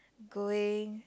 going